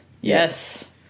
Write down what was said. yes